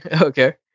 okay